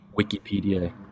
Wikipedia